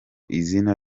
izina